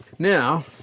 Now